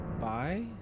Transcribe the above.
bye